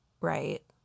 right